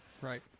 Right